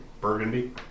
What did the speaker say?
Burgundy